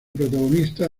protagonistas